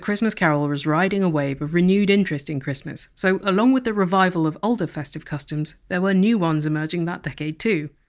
christmas carol was riding a wave of renewed interest in christmas, so along with the revival of older festive customs, there were new ones emerging that decade too.